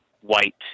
white